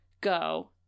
go